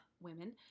women